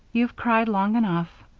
you've cried long enough.